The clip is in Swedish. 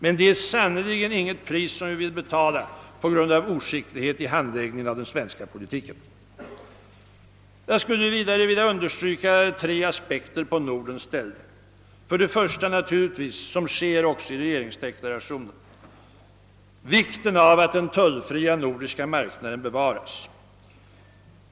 Men det är sannerligen inte ett pris som vi vill betala på grund av oskicklighet i handläggningen av den svenska politiken. Jag skulle vidare vilja understryka tre aspekter på Nordens ställning, nämligen för det första naturligtvis, vilket sker också i regeringsdeklarationen, vikten av att den tullfria nordiska marknaden bevaras.